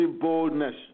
boldness